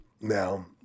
now